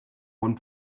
one